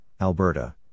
Alberta